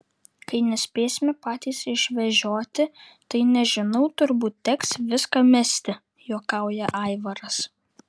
kai nespėsime patys išvežioti tai nežinau turbūt teks viską mesti juokauja aivaras